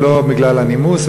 ולא בגלל הנימוס,